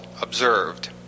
Observed